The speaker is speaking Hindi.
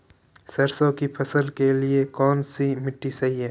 सरसों की फसल के लिए कौनसी मिट्टी सही हैं?